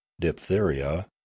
diphtheria